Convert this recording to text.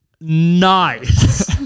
Nice